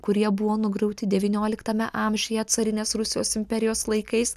kurie buvo nugriauti devynioliktame amžiuje carinės rusijos imperijos laikais